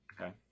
okay